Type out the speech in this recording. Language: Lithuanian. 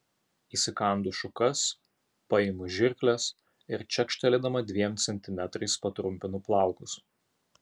įsikandu šukas paimu žirkles ir čekštelėdama dviem centimetrais patrumpinu plaukus